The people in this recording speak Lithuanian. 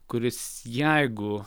kuris jeigu